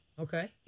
Okay